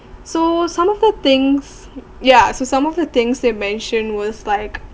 so some of the things yeah so some of the things they mentioned was like